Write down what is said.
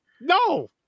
no